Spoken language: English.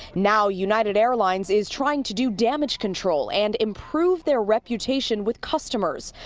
now united airlines is trying to do damage control and improve their reputation with customers.